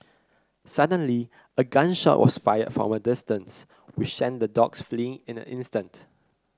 suddenly a gun shot was fired from a distance which sent the dogs fleeing in an instant